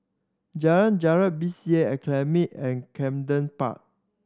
Jalan Jarak B C A Academy and Camden Park